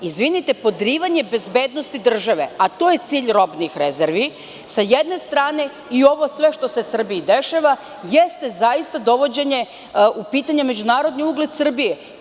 Izvinite, podrivanje bezbednosti države, a to je cilj robnih rezervi, sa jedne strane i ovo sve što se u Srbiji dešava, jeste dovođenje u pitanje međunarodni ugled Srbije.